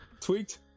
tweaked